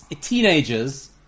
teenagers